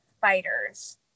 fighters